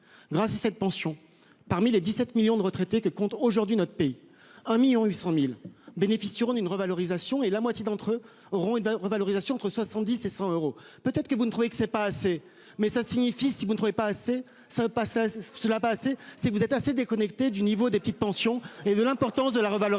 grâce à cette pension parmi les 17 millions de retraités que compte aujourd'hui notre pays 1.800.000 bénéficieront d'une revalorisation et la moitié d'entre eux auront une revalorisation entre 70 et 100 euros. Peut-être que vous ne trouvez que c'est pas assez mais ça signifie si vous ne pouvez pas assez sympa ça je la passer si vous êtes assez déconnecté du niveau des petites pensions et de l'importance de la revalorisation